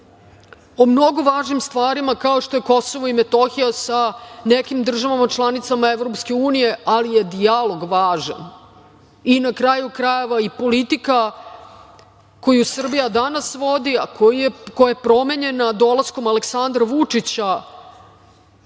o mnogo važnim stvarima, kao što je KiM, sa nekim državama članicama EU, ali je dijalog važan. Na kraju krajeva, politika koju Srbija danas vodi, a koja je promenjena dolaskom Aleksandra Vučića